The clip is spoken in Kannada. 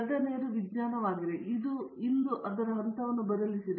ಎರಡನೆಯದು ವಿಜ್ಞಾನವಾಗಿದೆ ಇಂದು ಅದರ ಹಂತವನ್ನು ಬದಲಿಸಿದೆ